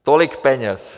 Tolik peněz!